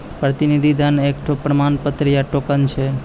प्रतिनिधि धन एकठो प्रमाण पत्र या टोकन छै